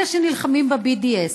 אלה שנלחמים ב-BDS.